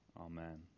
Amen